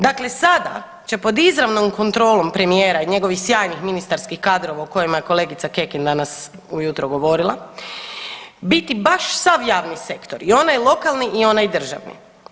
Dakle sada će pod izravnom kontrolom premijera i njegovih sjajnih ministarskih kadrova o kojima je kolegica Kekin danas ujutro govorila, biti baš sav javni sektor i onaj lokalni i onaj državi.